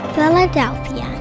Philadelphia